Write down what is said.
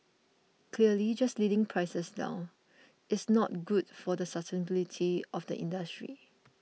clearly just leading prices down it's not good for the sustainability of the industry